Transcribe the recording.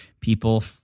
People